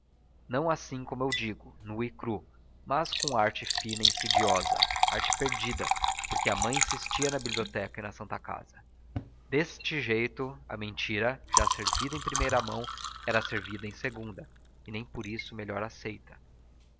não assim como eu digo nu e cru mas com arte fina e insidiosa arte perdida porque a mãe insistia na biblioteca e na santa casa deste jeito a mentira já servida em primeira mão era servida em segunda e nem por isso melhor aceita